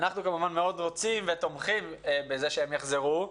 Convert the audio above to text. אנחנו כמובן מאוד רוצים ותומכים בזה שהם יחזרו,